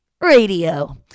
Radio